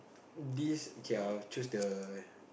this K I'll choose the